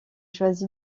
choisit